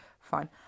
Fine